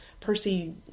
Percy